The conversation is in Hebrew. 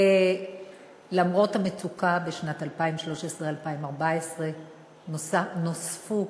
למרות המצוקה, ב-2013 2014 נוספו